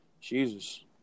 Jesus